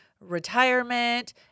retirement